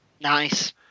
nice